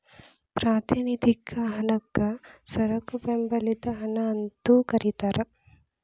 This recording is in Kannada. ಪ್ರಾತಿನಿಧಿಕ ಹಣಕ್ಕ ಸರಕು ಬೆಂಬಲಿತ ಹಣ ಅಂತೂ ಕರಿತಾರ